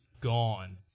gone